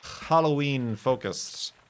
Halloween-focused